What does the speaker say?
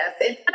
yes